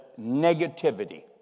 negativity